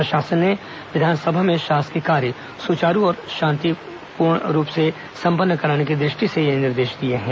प्रशासन ने विधानसभा में शासकीय कार्य सुचारू और शांतिपूर्ण रूप से संपन्न कराने की दृष्टि से यह निर्देश दिए हैं